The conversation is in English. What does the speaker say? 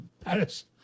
Paris